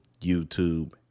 YouTube